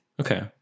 Okay